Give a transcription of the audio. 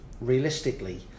realistically